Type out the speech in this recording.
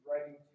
writing